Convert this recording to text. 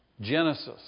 Genesis